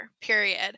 period